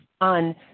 on